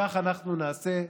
כך אנחנו נעשה,